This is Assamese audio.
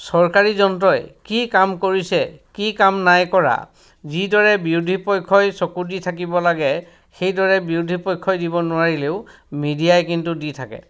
চৰকাৰী যন্ত্ৰই কি কাম কৰিছে কি কাম নাই কৰা যিদৰে বিৰোধী পক্ষই চকু দি থাকিব লাগে সেইদৰে বিৰোধী পক্ষই দিব নোৱাৰিলেও মিডিয়াই কিন্তু দি থাকে